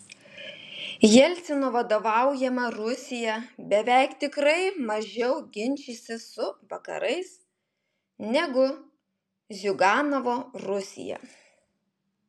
jelcino vadovaujama rusija beveik tikrai mažiau ginčysis su vakarais negu ziuganovo rusija